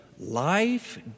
Life